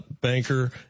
banker